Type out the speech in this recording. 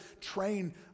train